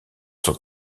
sont